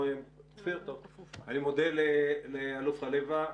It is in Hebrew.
אני מודה לאלוף חליוה.